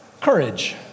Courage